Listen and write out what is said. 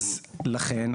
אז לכן,